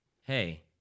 hey